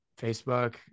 Facebook